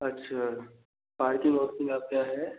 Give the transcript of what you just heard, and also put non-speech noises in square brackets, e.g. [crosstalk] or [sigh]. अच्छा पार्टी [unintelligible] है